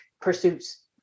pursuits